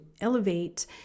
elevate